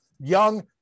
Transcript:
young